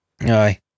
Aye